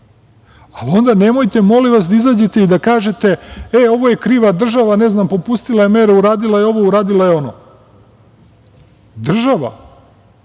ali onda nemojte molim vas da izađete i da kažete – e, ovo je kriva država, ne znam popustila je mere, uradila je ovo, uradila je ono. Država